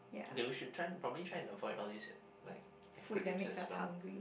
okay we should try probably try and avoid all these like acronyms as well